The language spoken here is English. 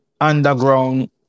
underground